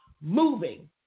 moving